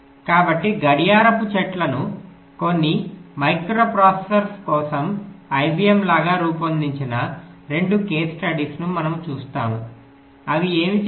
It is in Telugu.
కాబట్టి గడియారపు చెట్లను కొన్ని మైక్రోప్రాసెసర్ల కోసం ఐబిఎమ్ లాగా రూపొందించిన 2 కేస్ స్టడీస్ను మనము చూస్తాము అవి ఏమి చేశాయి